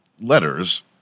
letters